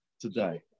today